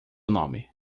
nome